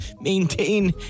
maintain